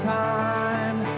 time